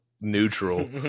neutral